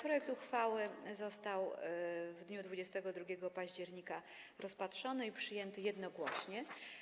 Projekt uchwały został w dniu 22 października rozpatrzony i przyjęty jednogłośnie.